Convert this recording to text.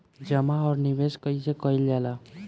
जमा और निवेश कइसे कइल जाला?